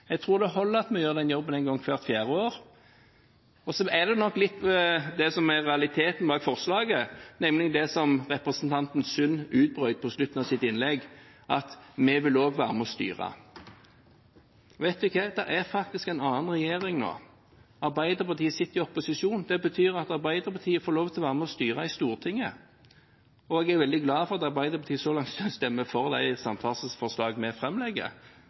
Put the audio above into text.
Jeg tror det holder at vi gjør den jobben en gang hvert fjerde år. Så er nok litt av realiteten bak forslaget det som representanten Sund utbrøt på slutten av sitt innlegg: at vi vil også være med og styre. Vet du hva, det er faktisk en annen regjering nå. Arbeiderpartiet sitter i opposisjon. Det betyr at Arbeiderpartiet får lov til å være med og styre i Stortinget, og jeg er veldig glad for at Arbeiderpartiet så langt stemmer for de samferdselsforslagene vi